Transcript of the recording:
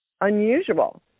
unusual